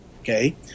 okay